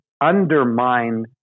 undermine